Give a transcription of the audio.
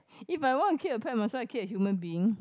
if I want to keep a pet might as well I keep a human being